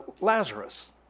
Lazarus